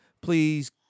Please